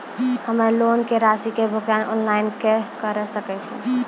हम्मे लोन के रासि के भुगतान ऑनलाइन करे सकय छियै?